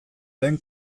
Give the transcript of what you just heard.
lehen